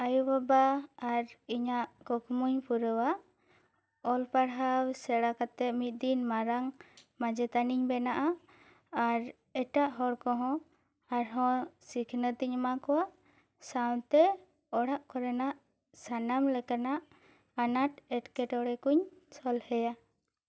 ᱟᱭᱳ ᱵᱟᱵᱟ ᱟᱨ ᱤᱧᱟᱹᱜ ᱠᱩᱠᱢᱩᱧ ᱯᱩᱨᱟᱹᱣᱟ ᱚᱞ ᱯᱟᱲᱦᱟᱣ ᱥᱮᱬᱟ ᱠᱟᱛᱮ ᱢᱤᱫ ᱫᱤᱱ ᱢᱟᱨᱟᱝ ᱢᱟᱪᱮᱛᱟᱹᱱᱤᱧ ᱵᱮᱱᱟᱜᱼᱟ ᱟᱨ ᱮᱴᱟᱜ ᱦᱚᱲ ᱠᱚᱦᱚᱸ ᱟᱨᱦᱚᱸ ᱥᱤᱠᱷᱱᱟᱹᱛ ᱤᱧ ᱮᱢᱟ ᱠᱚᱣᱟ ᱥᱟᱶᱛᱮ ᱚᱲᱟᱜ ᱠᱚᱨᱮᱱᱟᱜ ᱥᱟᱱᱟᱢ ᱞᱮᱠᱟᱱᱟᱜ ᱟᱱᱟᱴ ᱮᱴᱠᱮᱴᱚᱬᱮ ᱠᱚᱧ ᱥᱚᱞᱦᱮᱭᱟ